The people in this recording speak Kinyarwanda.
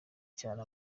cyane